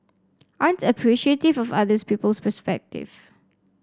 aren't appreciative of others people's perspective